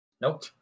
Nope